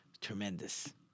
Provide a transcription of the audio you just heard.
tremendous